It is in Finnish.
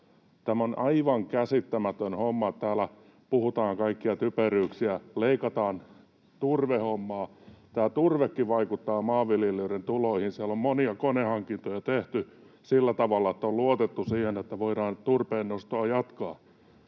Tämä on aivan käsittämätön homma, että täällä puhutaan kaikkia typeryyksiä, leikataan turvehommaa. Tämä turvekin vaikuttaa maanviljelijöiden tuloihin. Siellä on monia konehankintoja tehty sillä tavalla, että on luotettu siihen, että voidaan turpeen nostoa jatkaa.